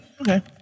Okay